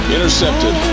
Intercepted